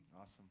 awesome